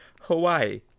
hawaii